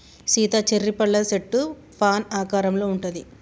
Sita cherry పళ్ళ సెట్టు fan ఆకారంలో ఉంటది